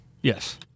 Yes